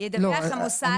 ידווח המוסד ---- לא,